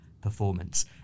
performance